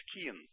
skin